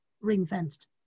ring-fenced